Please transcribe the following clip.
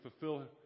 fulfill